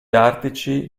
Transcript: artici